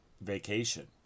Vacation